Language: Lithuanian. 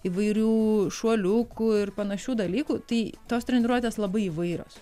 įvairių šuoliukų ir panašių dalykų tai tos treniruotės labai įvairios